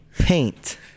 paint